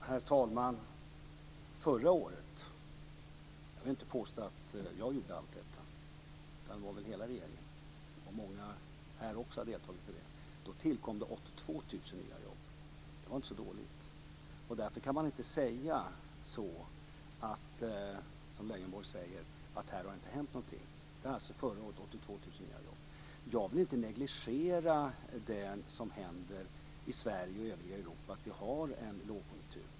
Herr talman! Förra året tillkom det 82 000 nya jobb. Det var inte så dåligt. Jag vill inte påstå att jag har gjort allt, utan hela regeringen har väl bidragit. Många här har också deltagit i detta. Därför kan man inte säga som Leijonborg gör, att här har det inte hänt någonting. Förra året tillkom det alltså 82 000 nya jobb. Jag vill inte negligera det som händer i Sverige och i övriga Europa. Vi har en lågkonjunktur.